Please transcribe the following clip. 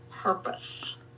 purpose